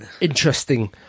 interesting